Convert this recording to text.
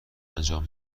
انجام